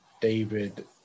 David